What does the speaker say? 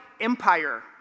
empire